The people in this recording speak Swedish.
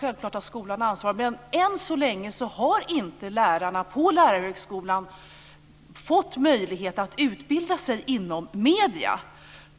Självklart har skolan ansvar, men än så länge har inte lärarna på lärarhögskolan fått möjlighet att utbilda sig inom medieområdet.